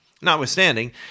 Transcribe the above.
Notwithstanding